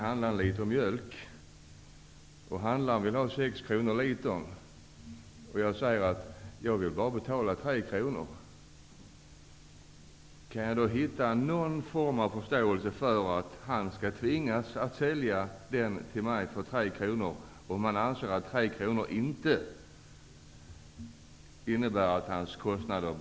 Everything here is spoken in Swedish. Handlaren säger att han vill ha 6 kr litern. Jag säger att jag bara vill betala 3 kr. Kan jag då få någon form av förståelse för att han skall tvingas att sälja mjölken till mig för 3 kr om han anser att 3 kr inte räcker till för att täcka hans kostnader?